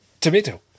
tomato